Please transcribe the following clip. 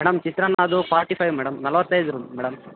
madam ಚಿತ್ರಾನ್ನ ಅದು forty five madam ನಲ್ವತ್ತೈದು ರೂ ಮೇಡಮ್